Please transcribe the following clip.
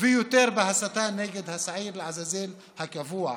ויותר בהסתה נגד השעיר לעזאזל הקבוע,